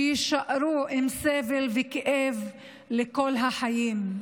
שיישארו עם סבל וכאב לכל החיים.